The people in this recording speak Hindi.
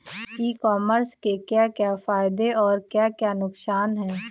ई कॉमर्स के क्या क्या फायदे और क्या क्या नुकसान है?